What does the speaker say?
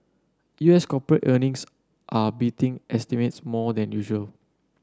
U S corporate earnings are beating estimates more than usual